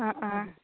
অঁ অঁ